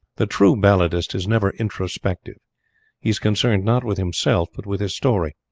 the true balladist is never introspective he is concerned not with himself but with his story.